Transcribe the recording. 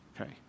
okay